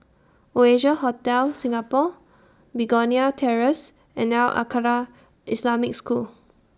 Oasia Hotel Singapore Begonia Terrace and Al Khairiah Islamic School